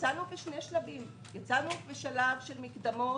בחוזר מדצמבר כתבנו במפורש מה אחוז המקדמה